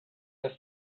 have